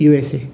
USA